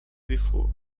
before